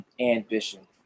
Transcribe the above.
Ambition